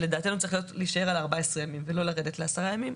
שלדעתנו צריך להישאר 14 ימים ולא 10 ימים,